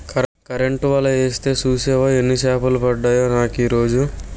Current వల యేస్తే సూసేవా యెన్ని సేపలు పడ్డాయో నాకీరోజు?